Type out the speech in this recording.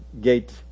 gate